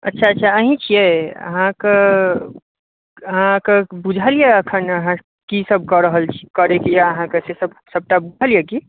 अच्छा अच्छा अहीँ छियै अहाँकेँ अहाँकेँ बूझल यए एखन अहाँ कीसभ कऽ रहल छी करयके यए अहाँकेँ से सभ सबटा बूझल यए की